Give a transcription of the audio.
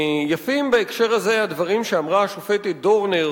יפים בהקשר הזה הדברים שאמרה השופטת דורנר